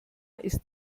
ist